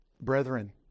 Brethren